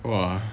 !wah!